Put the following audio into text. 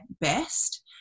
best